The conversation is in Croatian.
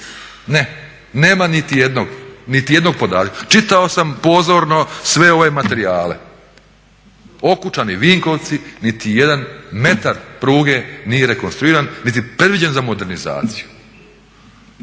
jednog, niti jednog podatka. Čitao sam pozorno sve ove materijale. Okučani – Vinkovci niti jedan metar pruge nije rekonstruiran, niti predviđen za modernizaciju.